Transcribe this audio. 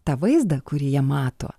tą vaizdą kurį jie mato